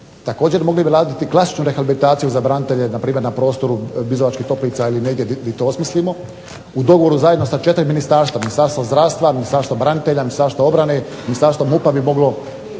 Također mogli bi raditi klasičnu rehabilitaciju za branitelje npr. na prostoru Bizovačkih toplica ili negdje gdje to osmislimo, u dogovoru zajedno sa četiri ministarstva, Ministarstva zdravstva, Ministarstva branitelja, Ministarstva obrane, Ministarstva MUP-a bi moglo